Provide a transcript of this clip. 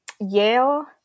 Yale